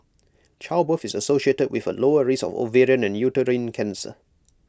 childbirth is associated with A lower risk of ovarian and uterine cancer